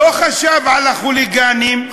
לא חשב על החוליגנים,